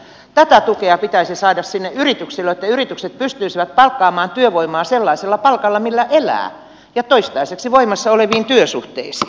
tätä tukea pitäisi saada sinne yrityksille jotta yritykset pystyisivät palkkaamaan työvoimaa sellaisella palkalla millä elää ja toistaiseksi voimassa oleviin työsuhteisiin